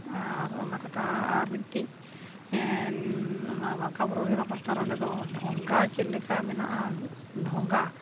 ᱟᱨ ᱚᱱᱟ ᱠᱟᱛᱷᱟ ᱟᱨ ᱢᱤᱫᱴᱤᱡ ᱚᱱᱟ ᱵᱟᱝᱠᱟᱵᱩᱨᱩ ᱨᱮᱱᱟᱜ ᱯᱟᱥᱴᱟ ᱨᱮ ᱚᱸᱰᱮ ᱫᱚ ᱰᱷᱚᱸᱜᱟ ᱪᱮᱫ ᱞᱮᱠᱟ ᱢᱮᱱᱟᱜᱼᱟ ᱰᱷᱚᱸᱜᱟ